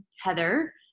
Heather